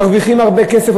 מרוויחים הרבה כסף,